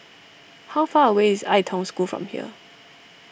how far away is Ai Tong School from here